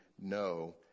no